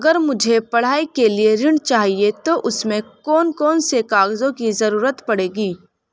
अगर मुझे पढ़ाई के लिए ऋण चाहिए तो उसमें कौन कौन से कागजों की जरूरत पड़ेगी?